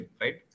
right